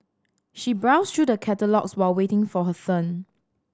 she browsed through the catalogues while waiting for her turn